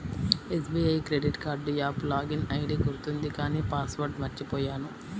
SBI credit card app login ID గుర్తుంది కానీ password మర్చిపొయ్యాను